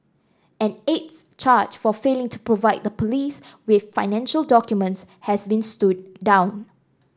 an eighth charge for failing to provide the police with financial documents has been stood down